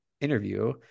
interview